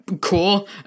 cool